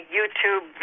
YouTube